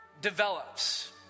develops